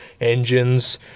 engines